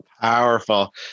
Powerful